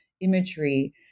imagery